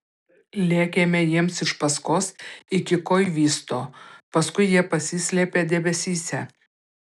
lėkėme jiems iš paskos iki koivisto paskui jie pasislėpė debesyse